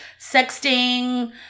Sexting